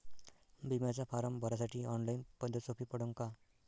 बिम्याचा फारम भरासाठी ऑनलाईन पद्धत सोपी पडन का?